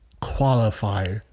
qualify